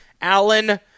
Allen